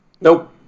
Nope